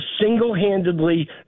single-handedly